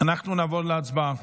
נעבור להצבעה.